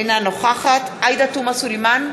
אינה נוכחת עאידה תומא סלימאן,